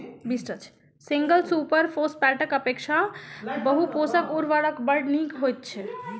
single super फौसफेटक अपेक्षा बहु पोषक उर्वरक बड़ नीक होइत छै